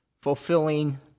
fulfilling